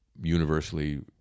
universally